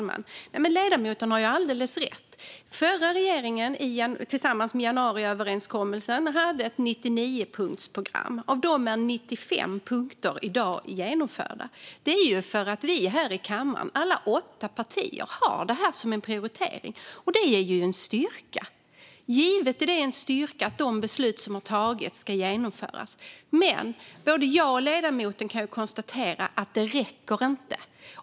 Fru talman! Ledamoten har alldeles rätt. Förra regeringen hade ett 99punktsprogram i januariöverenskommelsen. 95 punkter är i dag genomförda. Det är för att vi här i kammaren, alla åtta partier, har det här som en prioritering. Det ger styrka. Givetvis är det en styrka att de beslut som fattats ska genomföras. Men både jag och ledamoten kan ju konstatera att det inte räcker.